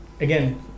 Again